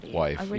wife